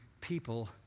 people